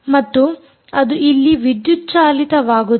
ಮತ್ತು ಅದು ಇಲ್ಲಿ ವಿದ್ಯುತ್ ಚಾಲಿತವಾಗುತ್ತದೆ